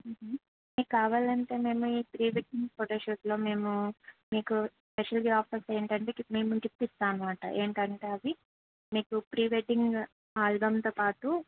మీకు కావాలంటే మేము ఈ ప్రీ వెడ్డింగ్ ఫోటోషూట్లో మేము మీకు స్పెషల్గా ఆఫర్స్ ఏంటంటే మేము మీకు గిఫ్ట్ ఇస్తాం అన్నమాట ఏంటంటే అవి మీకు ప్రీ వెడ్డింగ్ ఆల్బమ్తో పాటు